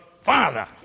father